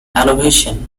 elevation